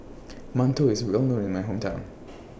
mantou IS Well known in My Hometown